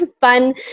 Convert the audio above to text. fun